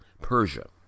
Persia